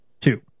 two